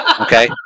Okay